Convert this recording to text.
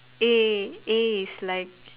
A A is like